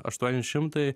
aštuoni šimtai